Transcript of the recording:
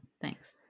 Thanks